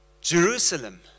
Jerusalem